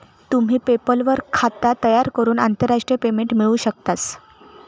तुम्ही पेपल वर खाता तयार करून आंतरराष्ट्रीय पेमेंट मिळवू शकतास